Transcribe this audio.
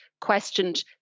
questioned